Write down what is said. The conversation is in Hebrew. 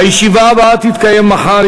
הישיבה הבאה תתקיים מחר,